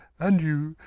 and you,